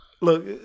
Look